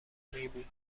میبود